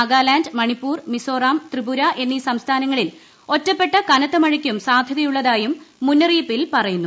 നാഗാലാന്റ് മണിപ്പൂർ മിസോറാം ത്രിപുര എന്നീ സംസ്ഥാനങ്ങളിൽ ഒറ്റപ്പെട്ട കനത്ത മഴയ്ക്കും സാധ്യതയുള്ളതായും മുന്നറിയിപ്പിൽ പറയുന്നു